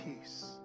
peace